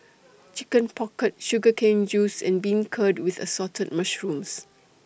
Chicken Pocket Sugar Cane Juice and Beancurd with Assorted Mushrooms